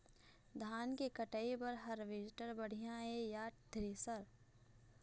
गेहूं के कटाई बर हारवेस्टर बढ़िया ये या थ्रेसर?